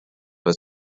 was